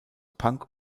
punk